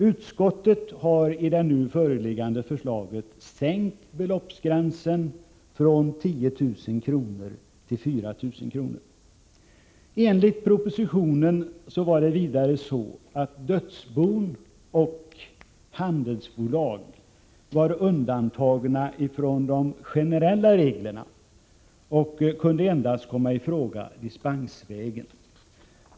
Utskottet har, som framgår av det nu föreliggande förslaget, sänkt beloppsgränsen från 10 000 kr. till 4 000 kr. Enligt propositionen var dödsbon och handelsbolag undantagna från de generella reglerna. Ändringar i detta avseende kunde endast komma i fråga dispensvägen.